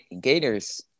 gators